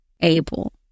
able